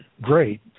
great